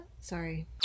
Sorry